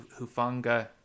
Hufanga